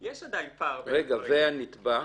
יש עדיין פער בין הדברים,